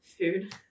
Food